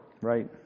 Right